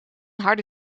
harde